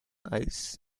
eyes